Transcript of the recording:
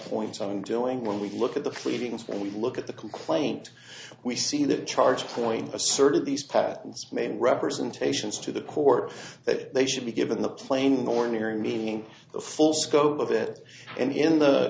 points on doing when we look at the pleadings we look at the complaint we see the charge point asserted these patents made representations to the court that they should be given the plain ordinary meaning the full scope of it and in the